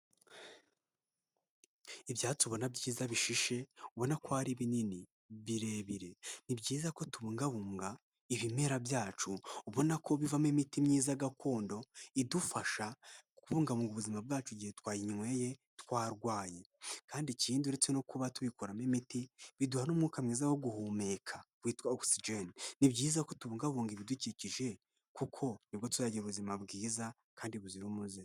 Ibyatsi ubona byiza bishishe ubona ko ari binini birebire ni byiza ko tubungabunga ibimera byacu ubona ko bivamo imiti myiza gakondo idufasha kubungabunga ubuzima bwacu igihe twayinyweye twarwaye, kandi ikindi uretse no kuba tubikoramo imiti biduha n'umwuka mwiza wo guhumeka witwa ogisijeni. Ni byiza ko tubungabunga ibidukikije kuko nibwo tuzagira ubuzima bwiza kandi buzira umuze.